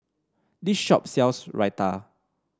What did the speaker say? this shop sells Raita